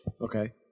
Okay